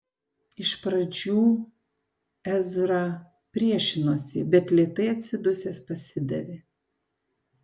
iš pradžių ezra priešinosi bet lėtai atsidusęs pasidavė